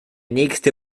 nächste